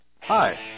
Hi